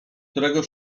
którego